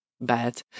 bad